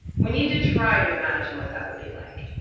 we need to try to imagine what that would be like.